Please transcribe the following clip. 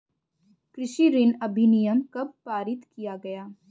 कृषि ऋण अधिनियम कब पारित किया गया?